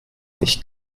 nicht